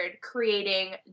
creating